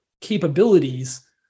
capabilities